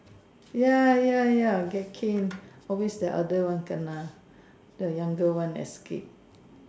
ya ya ya get cane always the elder one kena the younger one escape